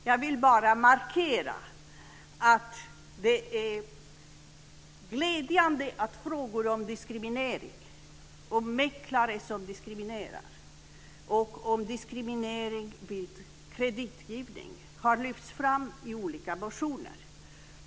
Jag vill bara markera att det är glädjande att frågor om diskriminering, mäklare som diskriminerar och diskriminering vid kreditgivning har lyfts fram i olika motioner.